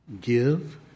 give